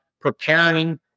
preparing